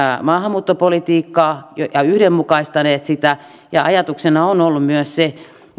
maahanmuuttopolitiikkaa ja ja yhdenmukaistaneet sitä ajatuksena on ollut myös se